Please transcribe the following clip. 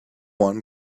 one